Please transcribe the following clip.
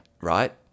Right